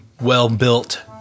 well-built